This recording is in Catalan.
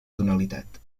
tonalitat